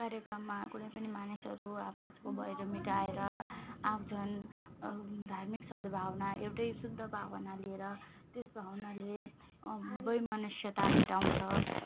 कार्यक्रममा कुनै पनि मानिसहरू आपसको बैर मेटाएर आउँछन् धार्मिक सदभावना एउटै शुद्ध भावना लिएर त्यसमा उनीहरूले वैमनस्यता मेटाउँछ